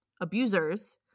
abusers